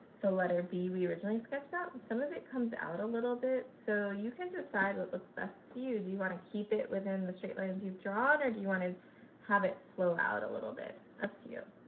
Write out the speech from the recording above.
the letter b we originally sketched out some of it comes out a little bit so you can decide what looks best to you do you want to keep it within the straight lines you've drawn or do you want to have it flow out a little bit? up to you.